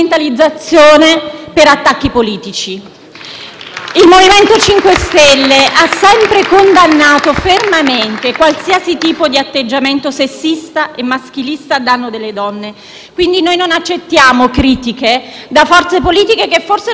Il MoVimento 5 Stelle ha sempre condannato fermamente qualsiasi tipo di atteggiamento sessista e maschilista a danno delle donne e quindi non accettiamo critiche da forze politiche che forse non sempre hanno dimostrato rispetto delle donne.